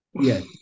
Yes